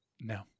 No